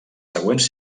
següents